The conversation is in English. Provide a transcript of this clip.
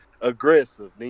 aggressive